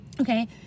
okay